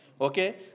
Okay